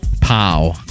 pow